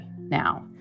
now